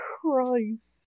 Christ